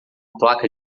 placa